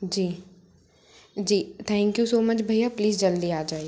जी जी thank you so much भय्या please जल्दी आ जाइए